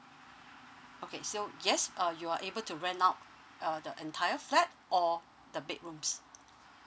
okay so yes uh you're able to rent out uh the entire flat or the bedrooms